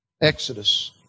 Exodus